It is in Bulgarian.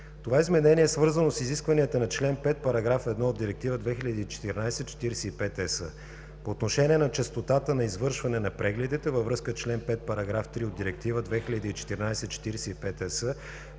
Това изменение е свързано с изискванията на чл. 5, § 1 от Директива 2014/45/ЕС. По отношение на честотата на извършване на прегледите във връзка с чл. 5, § 3 от Директива 2014/45/ЕС